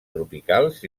tropicals